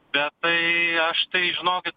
bet tai aš tai žinokit